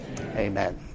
Amen